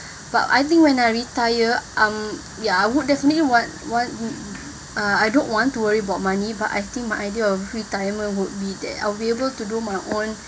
but I think when I retire um ya I would definitely want want uh I don't want to worry about money but I think my idea of retirement would be that I'll be able to do my own